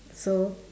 so